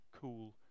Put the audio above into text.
cool